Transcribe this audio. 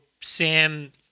Sam